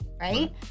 right